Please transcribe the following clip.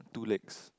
two legs